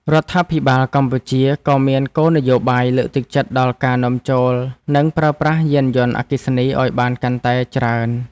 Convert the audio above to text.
រដ្ឋាភិបាលកម្ពុជាក៏មានគោលនយោបាយលើកទឹកចិត្តដល់ការនាំចូលនិងការប្រើប្រាស់យានយន្តអគ្គិសនីឱ្យបានកាន់តែច្រើន។